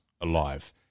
alive